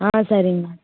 ஆ சரிங்க